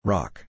Rock